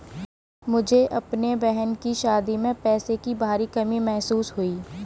मुझे अपने बहन की शादी में पैसों की भारी कमी महसूस हुई